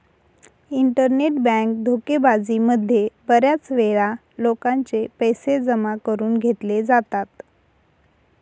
internet bank धोकेबाजी मध्ये बऱ्याच वेळा लोकांचे पैसे जमा करून घेतले जातात